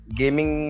gaming